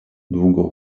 długą